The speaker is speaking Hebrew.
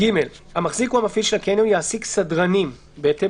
המחזיק או המפעיל של הקניון יעסיק סדרנים בהתאם